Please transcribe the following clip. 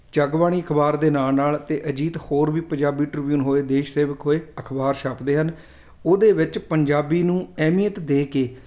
ਜਗਬਾਣੀ ਅਖਬਾਰ ਦੇ ਨਾਲ ਨਾਲ ਅਤੇ ਅਜੀਤ ਹੋਰ ਵੀ ਪੰਜਾਬੀ ਟ੍ਰਿਬਿਊਨ ਹੋਏ ਦੇਸ਼ ਸੇਵਕ ਹੋਏ ਅਖਬਾਰ ਛਪਦੇ ਹਨ ਉਹਦੇ ਵਿੱਚ ਪੰਜਾਬੀ ਨੂੰ ਅਹਿਮੀਅਤ ਦੇ ਕੇ